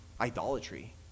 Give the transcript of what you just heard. idolatry